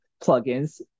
plugins